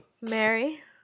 Mary